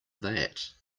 that